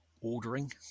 ordering